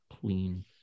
clean